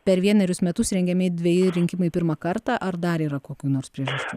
per vienerius metus rengiami dveji rinkimai pirmą kartą ar dar yra kokių nors priežasčių